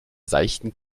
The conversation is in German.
seichten